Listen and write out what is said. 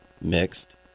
mixed